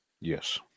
Yes